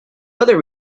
weather